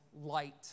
light